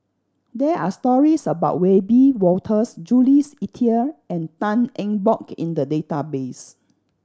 there are stories about Wiebe Wolters Jules Itier and Tan Eng Bock in the database